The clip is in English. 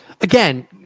again